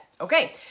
Okay